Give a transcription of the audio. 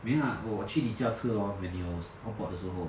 没有啦我去你家吃 lor when 你有 hotpot 的时候